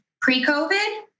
pre-COVID